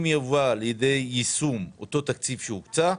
אם יובא לידי יישום אותו תקציב שהוקצה,